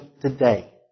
today